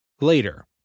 Later